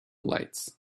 lights